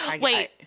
Wait